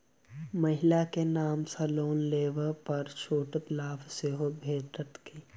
महिला केँ नाम सँ लोन लेबऽ पर छुटक लाभ सेहो भेटत की?